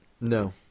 No